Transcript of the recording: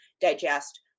digest